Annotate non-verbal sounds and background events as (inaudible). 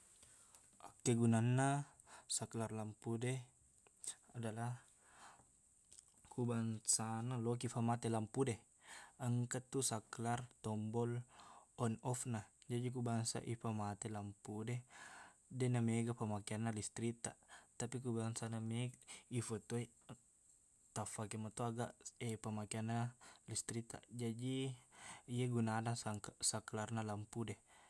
Akkegunanna saklar lampu de adalah ku bangsana lokiq famate lampu de engkatu saklar tombol on off na jaji ku bangsa ifamate lampu de deqna mega pemakeanna listriktaq tapiq ku bangsana meg- ifatuo i (noise) taffake metoi aga (hesitation) pemakeanna listriktaq jaji iye gunana sang- saklarna lampu de